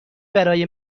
برای